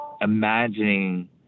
imagining